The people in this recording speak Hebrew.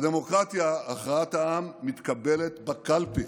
בדמוקרטיה הכרעת העם מתקבלת בקלפי,